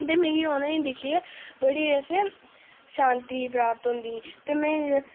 ते मिगी उ'नेंगी दिक्खियै बड़ी असें शांति प्राप्त होंदी ही ते में